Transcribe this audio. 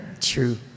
true